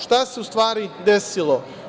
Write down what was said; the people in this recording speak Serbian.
Šta se u stvari desilo?